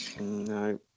No